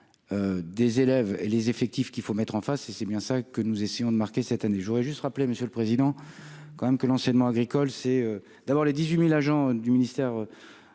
des élèves et les effectifs qu'il faut mettre en face c'est c'est bien ça que nous essayons de marquer cette année, je voudrais juste rappeler, Monsieur le Président, quand même, que l'enseignement agricole, c'est d'abord les 18000 agents du ministère